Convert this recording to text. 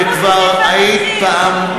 הרי כבר היית פעם,